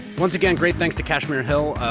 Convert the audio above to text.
once again, great thanks to kashmir hill,